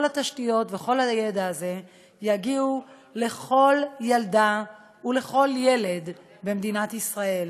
התשתיות וכל הידע הזה יגיעו לכל ילדה ולכל ילד במדינת ישראל.